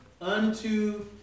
unto